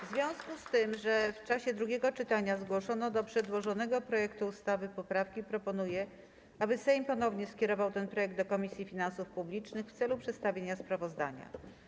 W związku z tym, że w czasie drugiego czytania zgłoszono do przedłożonego projektu ustawy poprawki, proponuję, aby Sejm ponownie skierował ten projekt do Komisji Finansów Publicznych w celu przedstawienia sprawozdania.